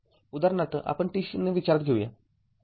उदाहरणार्थआपण t0 विचारात घेऊया